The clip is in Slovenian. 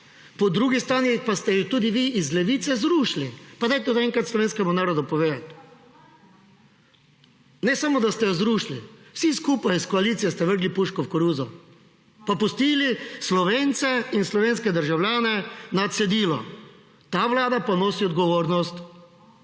po drugi strani pa ste jo tudi vi iz Levice zrušili. Pa že enkrat slovenskemu narodu povejte! / oglašanje iz klopi/ Ne samo, da ste jo zrušili. Vsi skupaj iz koalicije ste vrgli puško v koruzo pa pustili Slovence in slovenske državljane na cedilu. Ta vlada pa nosi odgovornost